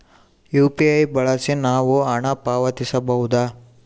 UPI ಬಳಸಿ ನಾವು ಹಣ ಪಾವತಿಸಬಹುದಾ?